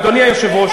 אדוני היושב-ראש,